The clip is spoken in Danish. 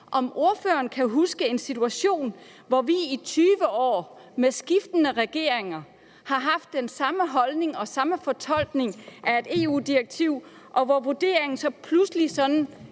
om ordføreren kan huske en situation, hvor vi i 20 år med skiftende regeringer har haft den samme holdning og samme fortolkning af et EU-direktiv, og hvor vurderingen så pludselig sådan